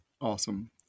Awesome